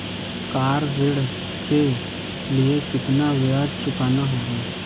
Car ऋण के लिए कितना ब्याज चुकाना होगा?